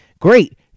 great